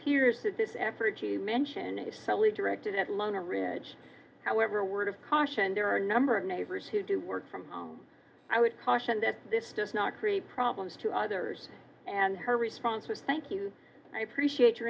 appears that this effort mentioned is solely directed at loma ridge however a word of caution there are a number of neighbors who do work from home i would caution that this does not create problems to others and her response was thank you i appreciate your